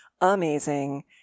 amazing